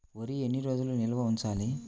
వరి ఎన్ని రోజులు నిల్వ ఉంచాలి?